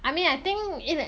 I mean I think leh